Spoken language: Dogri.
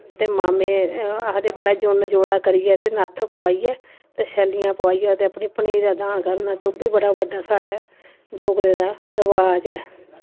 ते मामे आखदे भला जोनं जोड़ा करियै ते नत्थ पोआइयै ते छल्लियां पोआइयै ते अपनी भनेई दा दान करना ते ओह् बी बड़ा बड्डा साढ़े डोगरें दा रवाज ऐ